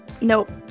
nope